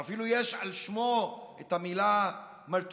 ואפילו יש על שמו את המילה מלתוסיאניזם.